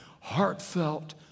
heartfelt